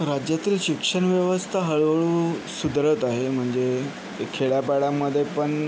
राज्यातील शिक्षण व्यवस्था हळूहळू सुधरत आहे म्हणजे खेड्यापाड्यांमध्ये पण